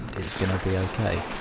it's gonna be okay.